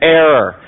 error